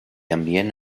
ambient